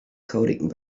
coding